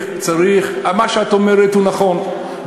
מה שאת אומרת הוא נכון,